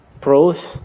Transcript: pros